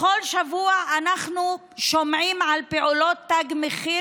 בכל שבוע אנחנו שומעים על פעולות תג מחיר